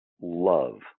love